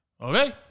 okay